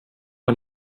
man